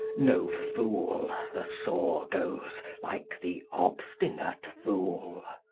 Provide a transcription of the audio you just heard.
no fool, the saw goes, like the obstinate fool.